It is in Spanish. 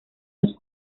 los